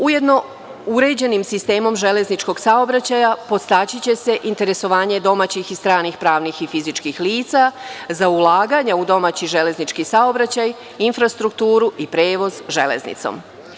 Ujedno, uređenim sistemom železničkog saobraćaja podstaći će se interesovanje domaćih i stranih pravnih i fizičkih lica za ulaganja u domaći železnički saobraćaj, infrastrukturu i prevoz železnicom.